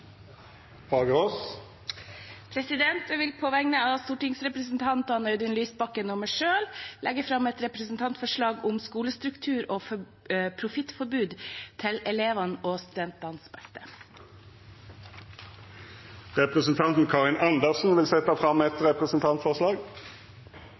Fagerås vil setja fram eit representantforslag. Jeg vil på vegne av stortingsrepresentant Audun Lysbakken og meg selv legge fram et representantforslag om skolestruktur og profittforbud til elevenes og studentenes beste. Representanten Karin Andersen vil setja fram